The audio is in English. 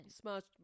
Smashed